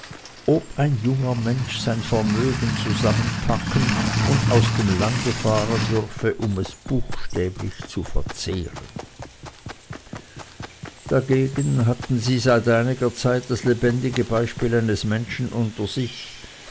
ob ein junger musensohn sein vermögen zusammenpacken und aus dem lande fahren dürfe um es buchstäblich zu verzehren dagegen hatten sie seit einiger zeit das lebendige beispiel eines menschen unter sich